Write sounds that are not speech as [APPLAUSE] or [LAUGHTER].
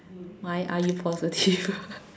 why are you positive [LAUGHS]